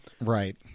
Right